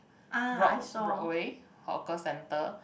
broad Broadway hawker centre